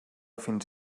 fins